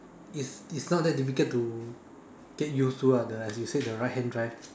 is is not that difficult to get used to lah the as you say the right hand drive